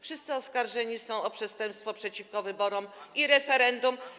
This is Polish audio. Wszyscy oskarżeni są o przestępstwo przeciwko wyborom i referendum.